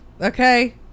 Okay